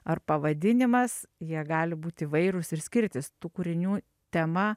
ar pavadinimas jie gali būt įvairūs ir skirtis tų kūrinių tema